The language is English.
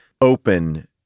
open